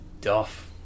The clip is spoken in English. doff